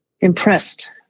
impressed